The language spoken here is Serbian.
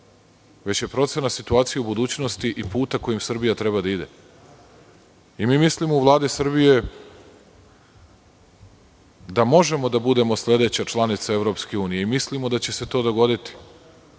već je procena situacije u budućnosti i puta kojim Srbija treba da ide. Mi u Vladi Srbije mislimo da možemo da budemo sledeća članica EU i mislimo da će se to dogoditi.